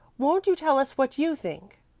won't you tell us what you think?